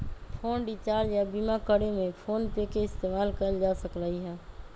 phone recharge या बीमा करे में फोनपे के इस्तेमाल कएल जा सकलई ह